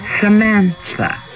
Samantha